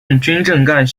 军政